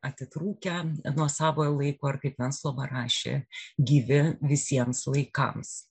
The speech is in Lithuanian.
atitrūkę nuo savojo laiko ir kaip venclova rašė gyvi visiems laikams